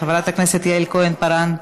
חברת הכנסת יעל כהן-פארן,